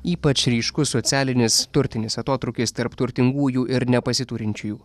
ypač ryškus socialinis turtinis atotrūkis tarp turtingųjų ir nepasiturinčiųjų